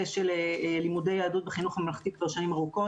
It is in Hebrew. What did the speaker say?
של לימודי יהדות בחינוך ממלכתי כבר שנים ארוכות.